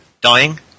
Dying